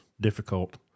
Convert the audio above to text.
difficult